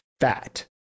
fat